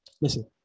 Listen